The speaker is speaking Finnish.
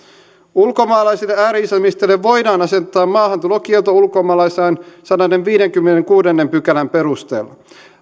ulkomaalaisille ääri islamisteille voidaan asettaa maahantulokielto ulkomaalaislain sadannenviidennenkymmenennenkuudennen pykälän perusteella